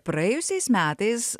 praėjusiais metais